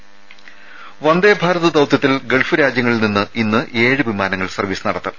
ത വന്ദേഭാരത് ദൌത്യത്തിൽ ഗൾഫ് രാജ്യങ്ങളിൽ നിന്ന് ഇന്ന് ഏഴ് വിമാനങ്ങൾ സർവ്വീസ് നടത്തും